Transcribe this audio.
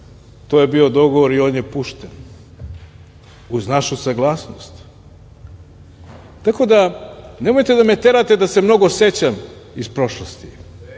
to je bio dogovor i on je pušten uz našu saglasnost? Tako da nemojte da me terate da se mnogo sećam iz prošlosti,